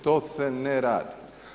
To se ne radi.